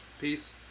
Peace